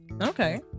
okay